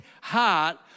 heart